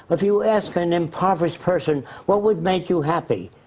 if you ask an impoverished person what would make you happy?